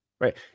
Right